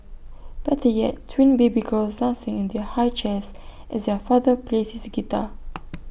better yet twin baby girls dancing in their high chairs as their father plays his guitar